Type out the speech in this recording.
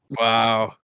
Wow